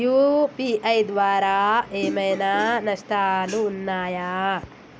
UPI ద్వారా ఏమైనా నష్టాలు ఉన్నయా?